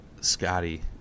scotty